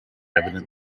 evident